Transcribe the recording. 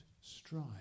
strive